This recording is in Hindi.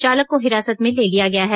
चालक को हिरासत में ले लिया गया है